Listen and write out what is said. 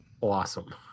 awesome